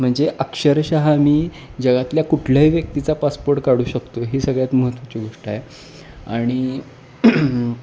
म्हणजे अक्षरशः मी जगातल्या कुठल्याही व्यक्तीचा पासपोर्ट काढू शकतो ही सगळ्यात महत्त्वाची गोष्ट आहे आणि